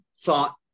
thought